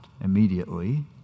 immediately